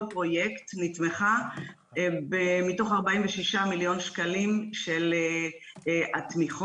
פרויקט שנתמכה מתוך 46 מיליון שקלים של התמיכות.